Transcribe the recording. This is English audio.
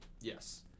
yes